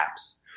apps